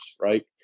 right